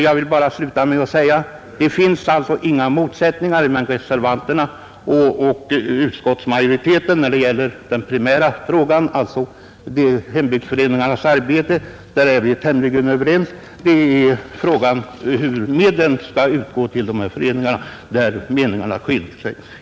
Jag vill till slut bara säga att det finns alltså inga motsättningar mellan reservanterna och utskottsmajoriteten när det gäller den primära frågan, dvs. hembygdsföreningarnas arbete. Där är vi tämligen överens. Det är i fråga om hur medlen skall utgå som meningarna skiljer sig.